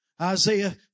Isaiah